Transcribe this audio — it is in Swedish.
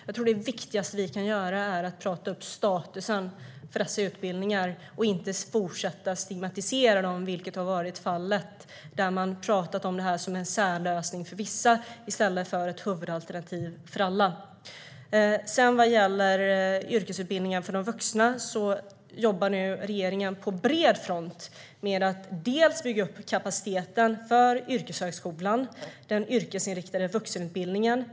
Jag tror att det viktigaste vi kan göra är att prata upp statusen för dessa utbildningar och inte fortsätta att stigmatisera dem, vilket har varit fallet när man har talat om detta som en särlösning för vissa i stället för ett huvudalternativ för alla. Vad gäller yrkesutbildningen för de vuxna jobbar nu regeringen på bred front med att bygga upp kapaciteten för yrkeshögskolan, den yrkesinriktade vuxenutbildningen.